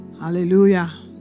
Hallelujah